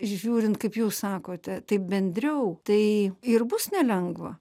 žiūrint kaip jūs sakote taip bendriau tai ir bus nelengva